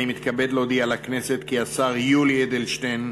אני מתכבד להודיע לכנסת, כי השר יולי אדלשטיין,